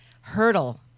hurdle